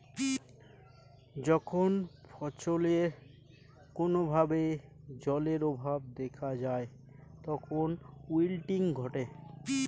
যখন ফছলে কোনো ভাবে জলের অভাব দেখা যায় তখন উইল্টিং ঘটে